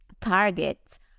targets